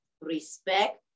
respect